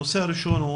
הנושא הראשון הוא